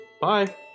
Bye